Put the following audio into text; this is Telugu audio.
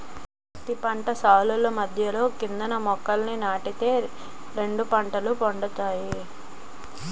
పత్తి పంట సాలుల మధ్యలో కంది మొక్కలని నాటి తే రెండు పంటలు పండుతాయి